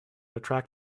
attract